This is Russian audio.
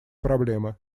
проблемы